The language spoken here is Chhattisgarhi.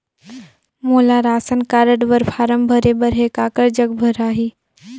मोला राशन कारड बर फारम भरे बर हे काकर जग भराही?